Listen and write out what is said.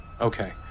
Okay